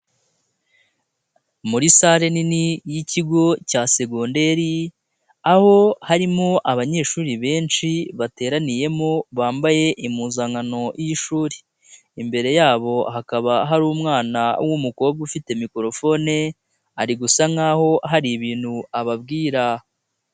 Muri sale nini y'ikigo cya segonderi aho harimo abanyeshuri benshi bateraniyemo bambaye impuzankano y'ishuri, imbere yabo hakaba hari umwana w'umukobwa ufite mikorofone ari gusa nk'aho hari ibintu ababwira.